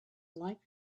like